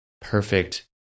perfect